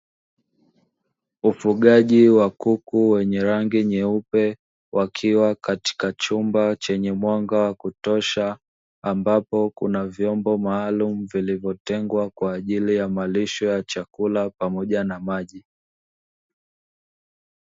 Ufugaji wa kuku wenye rangi nyeupe wakiwa katika chumba chenye mwanga wa kutosha, ambapo kuna vyombo maalumu, vilivyotengwa kwa ajili ya malisho ya chakula pamoja na maji.